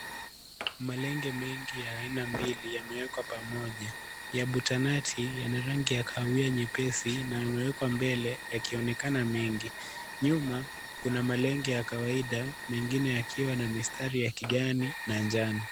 Malenge mengi ya aina mbili yamewekwa pamoja, ya butanati yana rangi ya kahawia nyepesi na yamewekwa mbele yakionekana mengi, nyuma kuna malenge ya kawaida mengine yakiwa na mistari ya kijani na njano.